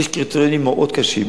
יש קריטריונים מאוד קשים,